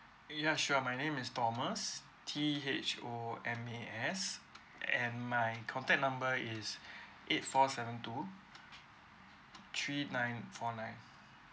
ya sure my name is thomas T H O M A S and my contact number is eight four seven two three nine four nine